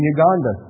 Uganda